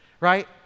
Right